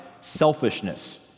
selfishness